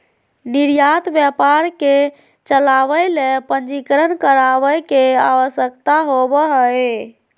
निर्यात व्यापार के चलावय ले पंजीकरण करावय के आवश्यकता होबो हइ